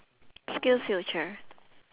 skills future